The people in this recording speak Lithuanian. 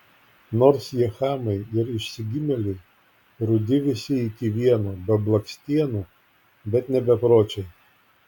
nors jie chamai ir išsigimėliai rudi visi iki vieno be blakstienų bet ne bepročiai